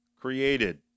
created